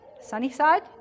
Sunnyside